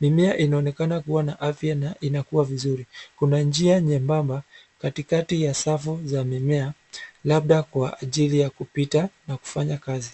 Mimea inaonekana kuwa na afya na inakuwa vizuri. Kuna njia nyembamba katikati ya safu za mimea labda kwa ajili ya kupita na kufanya kazi.